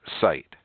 site